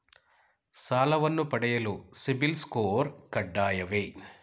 ಸಾಲವನ್ನು ಪಡೆಯಲು CIBIL score ಕಡ್ಡಾಯವೇ?